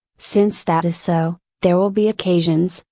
since that is so, there will be occasions,